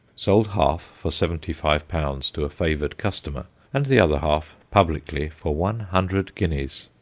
sold half for seventy-five pounds to a favoured customer, and the other half, publicly, for one hundred guineas.